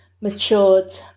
matured